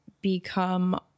become